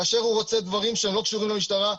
כאשר הוא רוצה דברים שהם לא קשורים למשטרה,